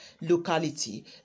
locality